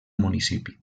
municipi